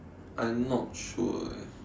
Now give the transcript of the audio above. I not sure eh